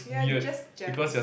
you're just jealous